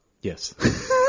Yes